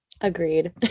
Agreed